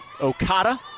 Okada